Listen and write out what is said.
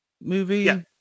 movie